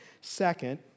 Second